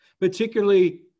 particularly